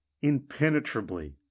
impenetrably